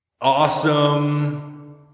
Awesome